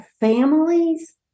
families